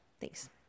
Thanks